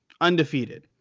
undefeated